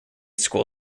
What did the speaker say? school